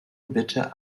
bitte